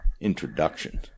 introduction